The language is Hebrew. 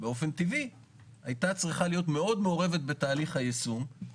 יותר נכון לסוג של אי דיוקים